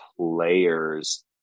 players